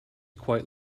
quite